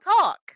talk